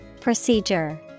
Procedure